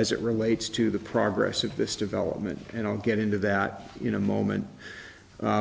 as it relates to the progress of this development and i'll get into that you know a moment